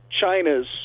China's